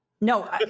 No